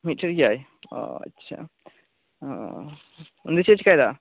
ᱢᱤᱫᱴᱮᱱ ᱜᱮᱭᱟᱭ ᱚᱻ ᱟᱪᱪᱷᱟ ᱚᱻ ᱩᱱᱤ ᱪᱮᱫ ᱮ ᱪᱤᱠᱟᱭᱫᱟ